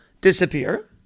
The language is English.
disappear